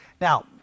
Now